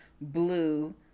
blue